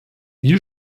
wir